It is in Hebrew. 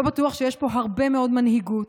לא בטוח שיש פה הרבה מאוד מנהיגות.